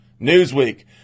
Newsweek